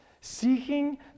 seeking